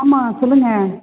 ஆமாம் சொல்லுங்க